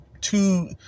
two